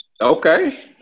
Okay